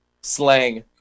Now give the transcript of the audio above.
slang